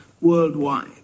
worldwide